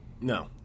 no